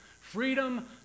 freedom